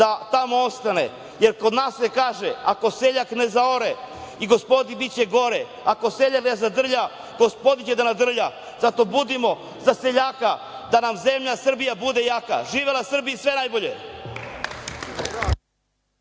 da tamo ostane, jer kod nas se kaže - ako seljak ne zaore i gospodi biće gore, ako seljak ne zadrlja, gospodin će da nadrlja. Zato budimo za seljaka, da nam zemlja Srbija bude jaka. Živela Srbija! Sve najbolje!